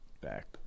back